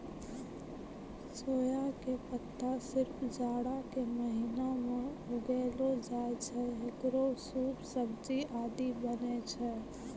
सोया के पत्ता सिर्फ जाड़ा के महीना मॅ उगैलो जाय छै, हेकरो सूप, सब्जी आदि बनै छै